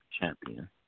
champion